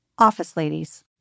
OfficeLadies